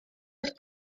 roedd